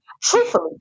Truthfully